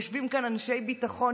יושבים כאן אנשי ביטחון,